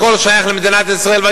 שהכול שייך למדינת ישראל,